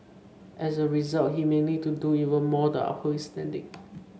as a result he may need to do even more the uphold his standing